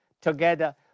together